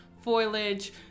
foliage